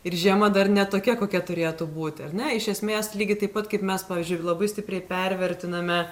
ir žiema dar ne tokia kokia turėtų būti ar ne iš esmės lygiai taip pat kaip mes pavyzdžiui labai stipriai pervertiname